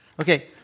Okay